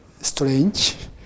strange